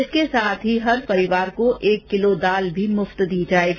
इसके अलावा हर परिवार को एक किलो दाल भी मुफ्त दी जाएगी